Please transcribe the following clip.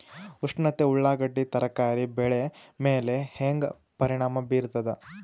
ಉಷ್ಣತೆ ಉಳ್ಳಾಗಡ್ಡಿ ತರಕಾರಿ ಬೆಳೆ ಮೇಲೆ ಹೇಂಗ ಪರಿಣಾಮ ಬೀರತದ?